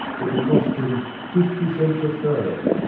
it had cost him fifty cents a throw.